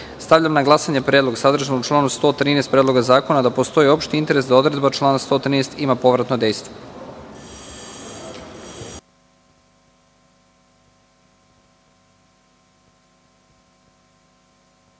interes. Stavljam na glasanje predlog sadržan u članu 113. Predloga zakona, da postoji opšti interes da odredba člana 113. ima povratno dejstvo. Molim